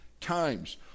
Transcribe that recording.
times